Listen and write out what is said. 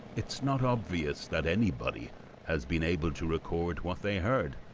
it's not obvious that anybody has been able to record what they heard.